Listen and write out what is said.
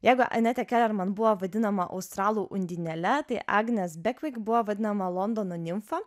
jeigu anetė kelerman buvo vadinama australų undinele tai agnes bekvik buvo vadinama londono nimfa